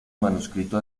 manuscrito